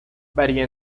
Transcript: varía